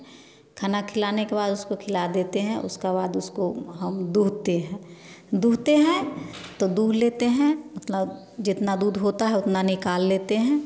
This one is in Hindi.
खाना खिलाने के बाद उसको खिला देते हैं उसके बाद उसको हम धोते हैं दूते है दू लेते हैं मतलब जितना दूध होता है उतना निकाल लेते हैं